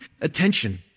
attention